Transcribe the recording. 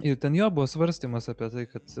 ir ten jo buvo svarstymas apie tai kad